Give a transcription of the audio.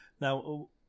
Now